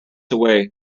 away